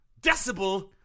decibel